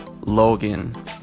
logan